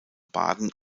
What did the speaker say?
baden